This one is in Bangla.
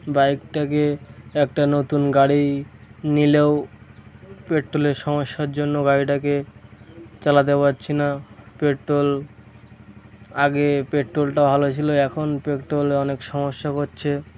বাইকটাকে একটা নতুন গাড়ি নিলেও পেট্রোলের সমস্যার জন্য গাড়িটাকে চালাতে পারছি না পেট্রোল আগে পেট্রোলটা ভালো ছিল এখন পেট্রোলে অনেক সমস্যা করছে